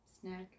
snack